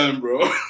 bro